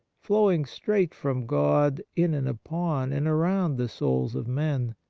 flowing straight from god in and upon and around the souls of men,